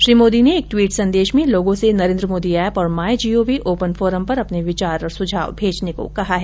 श्री मोदी ने एक ट्वीट संदेश में लोगों से नरेन्द्र मोदी ऐप और my G O V open forum पर अपने विचार और सुझाव देने का आग्रह किया है